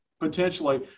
potentially